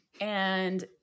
And-